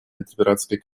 антипиратской